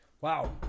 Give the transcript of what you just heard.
Wow